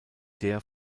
der